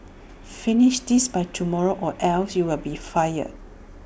finish this by tomorrow or else you'll be fired